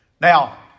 Now